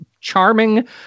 charming